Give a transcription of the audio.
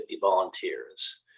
volunteers